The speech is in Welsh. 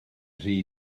rhy